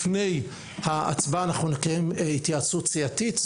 לפני ההצבעה נקיים התייעצות סיעתית.